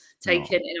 taken